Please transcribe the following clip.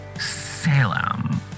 salem